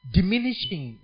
Diminishing